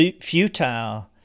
futile